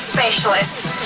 Specialists